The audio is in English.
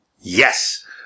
Yes